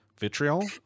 vitriol